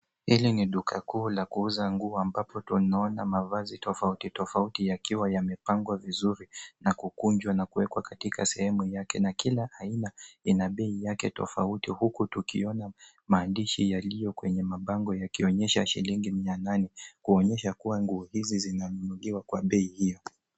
Hili ni duka kuu la kuuza nguo ambapo tunaona mavazi tofauti tofauti yakiwa yamepangwa vizuri na kukunjwa na kuwekwa katika sehemu yake na kila aina ina bei yake tofauti huku tukiona maandishi yaliyo kwenye mabango yakionyesha shilingi mia nane kuonyesha kuwa nguo hizi zinanunuliwa kwa bei hiyo.